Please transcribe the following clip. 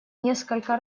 несколько